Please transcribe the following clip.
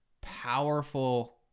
powerful